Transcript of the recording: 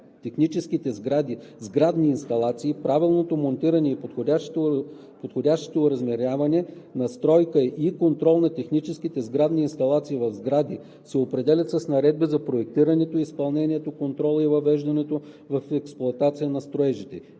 техническите сградни инсталации, правилното монтиране и подходящите оразмеряване, настройка и контрол на техническите сградни инсталации в сгради се определят с наредби за проектирането, изпълнението, контрола и въвеждането в експлоатация на строежите,